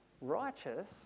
righteous